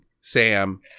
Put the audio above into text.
Sam